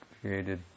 created